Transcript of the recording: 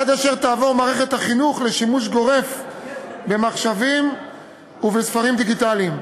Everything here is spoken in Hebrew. עד אשר תעבור מערכת החינוך לשימוש גורף במחשבים ובספרים דיגיטליים.